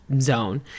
zone